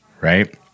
right